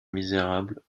misérable